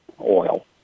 oil